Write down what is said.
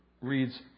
reads